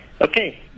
Okay